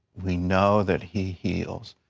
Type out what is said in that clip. we know that he heals.